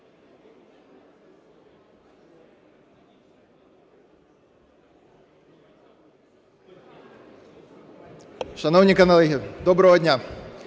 доброго дня.